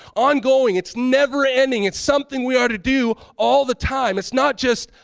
ongoing. it's never ending. it's something we ought to do all the time. it's not just,